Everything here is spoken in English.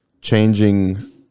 changing